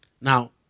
Now